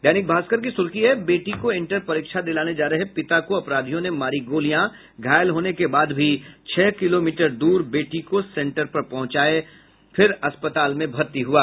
दैनिक भास्कर की सुर्खी है बेटी को इंटर परीक्षा दिलाने जा रहे पिता को अपराधियों ने मारी गोलियां घायल होने के बाद भी छह किलोमीटर दूर बेटी को सेंटर पर पहुंचाये फिर अस्पताल में भर्ती हुआ